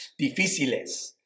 difíciles